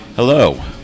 Hello